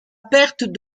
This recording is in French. perte